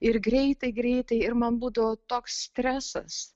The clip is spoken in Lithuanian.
ir greitai greitai ir man būdavo toks stresas